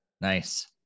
nice